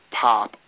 pop